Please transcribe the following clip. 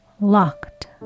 locked